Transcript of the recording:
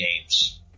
games